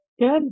Good